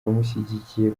abamushyigikiye